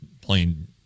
playing